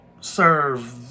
serve